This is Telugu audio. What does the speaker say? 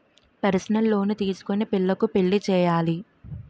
పర్సనల్ లోను తీసుకొని పిల్లకు పెళ్లి చేయాలి